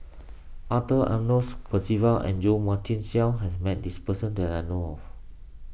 Arthur Ernest Percival and Jo Marion Seow has met this person that I know of